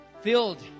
filled